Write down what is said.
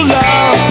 love